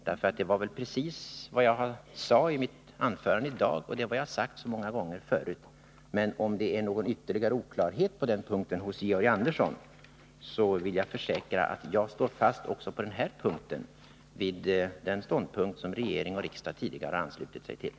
Det är precis vad jag sade i mitt anförande tidigare i dag, och det är vad jag har sagt så många gånger förut. Men, Georg Andersson, om det finns någon ytterligare oklarhet på den punkten, så försäkrar jag att jag också i det avseendet står fast vid den ståndpunkt som regering och riksdag tidigare anslutit sig till.